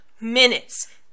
minutes